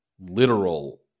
literal